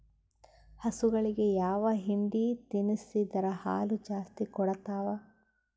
ಹಸುಗಳಿಗೆ ಯಾವ ಹಿಂಡಿ ತಿನ್ಸಿದರ ಹಾಲು ಜಾಸ್ತಿ ಕೊಡತಾವಾ?